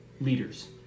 leaders